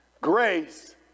Grace